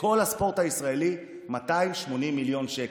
לכל הספורט הישראלי 280 מיליון שקל,